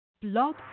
blog